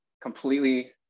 completely